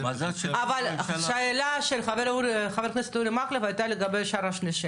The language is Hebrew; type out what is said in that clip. הוא בהכשר הרבנות בת ים או בהכשר הרבנות ירושלים,